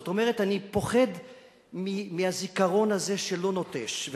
זאת אומרת, אני פוחד מהזיכרון הזה שלא נוטש.